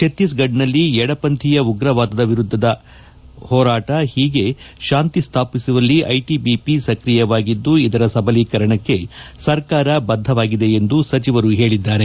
ಭತ್ತೀಸ್ಗಢದಲ್ಲಿ ಎಡಪಂಥೀಯ ಉಗ್ರವಾದದ ವಿರುದ್ದ ಹೀಗೆ ಶಾಂತಿ ಸ್ವಾಪಿಸುವಲ್ಲಿ ಐಟಿಐಪಿ ಸಕ್ರಿಯವಾಗಿದ್ದು ಇದರ ಸಬಲೀಕರಣಕ್ಕೆ ಸರ್ಕಾರ ಬದ್ದವಾಗಿದೆ ಎಂದು ಸಚಿವರು ಹೇಳಿದ್ದಾರೆ